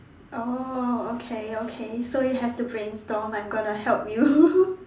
oh okay okay so you have to brainstorm I'm gonna help you